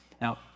now